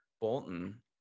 Bolton